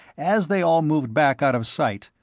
as they all moved back out of sight,